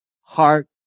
heart